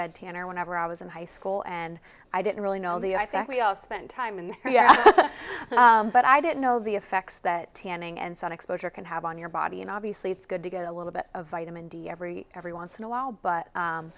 bed tan or whenever i was in high school and i didn't really know the i think we all spent time in but i didn't know the effects that tanning and sun exposure can have on your body and obviously it's good to get a little bit of vitamin d every every once in a while but